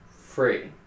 free